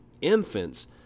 infants